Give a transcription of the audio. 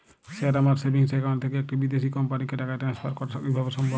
Sir আমার savings account থেকে একটি বিদেশি কোম্পানিকে টাকা ট্রান্সফার করা কীভাবে সম্ভব?